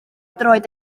droed